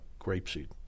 grapeseed